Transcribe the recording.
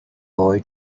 boy